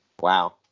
Wow